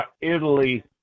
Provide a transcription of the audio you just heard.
Italy